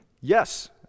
Yes